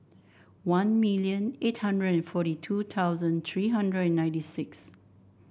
one million eight hundred and forty two thousand three hundred and ninety six